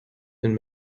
and